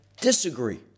disagree